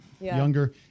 younger